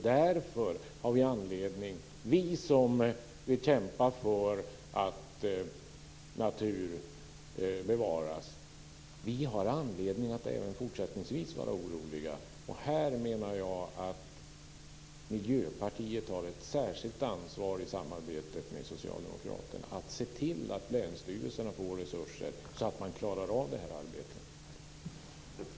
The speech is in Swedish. Därför har vi som vill kämpa för att natur bevaras anledning att även fortsättningsvis vara oroliga. Jag menar att Miljöpartiet här har ett särskilt ansvar i samarbetet med Socialdemokraterna för att se till att länsstyrelserna får resurser så att man klarar av arbetet.